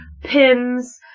pins